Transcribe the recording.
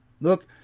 Look